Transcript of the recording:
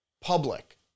public